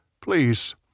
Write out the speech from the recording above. Please